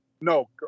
No